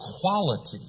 quality